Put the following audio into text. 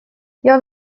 jag